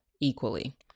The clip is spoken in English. equally